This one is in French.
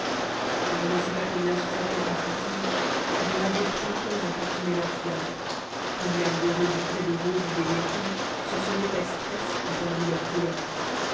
je ne sais pas combien sur sa tète enfantine de radieux printemps ont parsemé leurs fleurs combien d'heureux bouquets de rose ou d'églantine sur son épaisse tresse ont perdu leurs couleurs